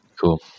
Cool